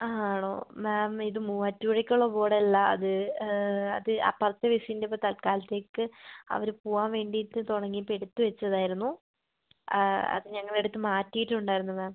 ആ ആണോ മാം ഇത് മൂവാറ്റുപുഴയ്ക്കുള്ള ബോഡ് അല്ല അത് അത് അപ്പുറത്തെ ബസ്സിൻ്റെ ഇപ്പം തൽക്കാലത്തേക്ക് അവർ പോവാൻ വേണ്ടിയിട്ട് തുടങ്ങിയപ്പോൾ എടുത്ത് വെച്ചതായിരുന്നു അത് ഞങ്ങൾ എടുത്ത് മാറ്റിയിട്ടുണ്ടായിരുന്നു മാം